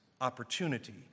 opportunity